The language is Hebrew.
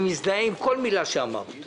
אני מזדהה עם כל מילה שאמרת,